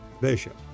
bishop